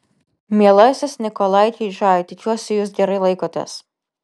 mielasis nikolai keidžai tikiuosi jūs gerai laikotės